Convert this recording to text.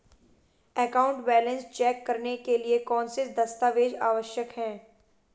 Account balance check करने के लिए कौनसे दस्तावेज़ आवश्यक हैं?